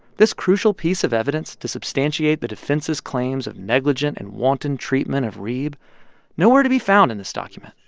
this crucial piece of evidence to substantiate the defense's claims of negligent and wanton treatment of reeb nowhere to be found in this document,